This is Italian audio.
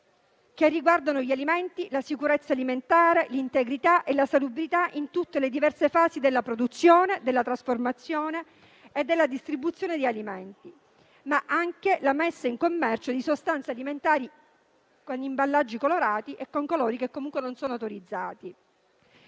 che riguardano gli alimenti, la sicurezza alimentare, l'integrità e la salubrità in tutte le diverse fasi della produzione, della trasformazione e della distribuzione di alimenti, ma anche la messa in commercio di sostanze alimentari con imballaggi colorati comunque non autorizzati.